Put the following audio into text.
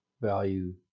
value